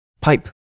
Pipe